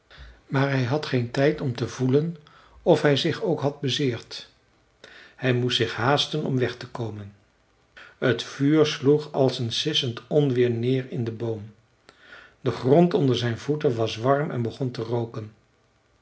maar hij had geen tijd om te voelen of hij zich ook had bezeerd hij moest zich haasten om weg te komen t vuur sloeg als een sissend onweer neer in den boom de grond onder zijn voeten was warm en begon te rooken